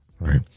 right